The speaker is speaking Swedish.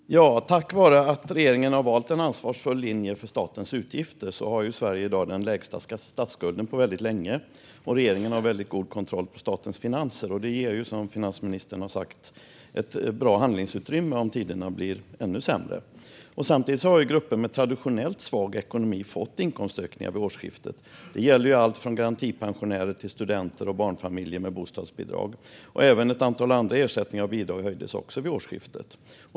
Herr talman! Tack vare att regeringen har valt en ansvarsfull linje för statens utgifter har Sverige i dag den lägsta statsskulden på länge, och regeringen har god kontroll på statens finanser. Det ger, som finansministern har sagt, ett bra handlingsutrymme om tiderna blir ännu sämre. Samtidigt fick grupper med traditionellt svag ekonomi inkomstökningar vid årsskiftet. Det gällde alltifrån garantipensionärer till studenter och barnfamiljer med bostadsbidrag. Även ett antal andra ersättningar och bidrag höjdes också vid årsskiftet.